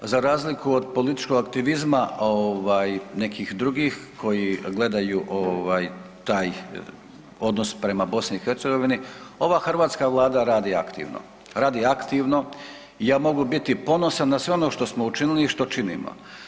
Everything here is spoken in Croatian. Za razliku od političkog aktivizma nekih drugih koji gledaju taj odnos prema BiH ova hrvatska Vlada radi aktivno, radi aktivno i ja mogu biti ponosan na sve ono što smo učinili i što činimo.